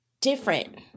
different